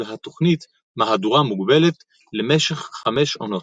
התוכנית "מהדורה מוגבלת" למשך חמש עונות.